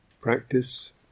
practice